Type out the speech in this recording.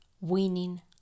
winning